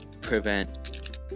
prevent